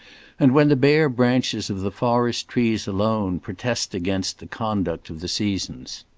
and when the bare branches of the forest trees alone protest against the conduct of the seasons.